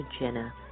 Jenna